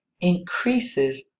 increases